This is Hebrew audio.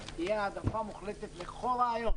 תהיה העדפה מוחלטת לכל רעיון